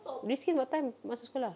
riskin what time masuk sekolah